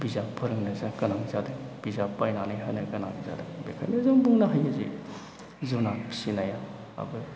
बिजाब फोरोंनो गोनां जादों बिजाब बायनानै होनो गोनां जादों बेनिखायनो जों बुंनो हायो जे जुनार फिसिनायबाबो